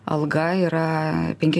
alga yra penki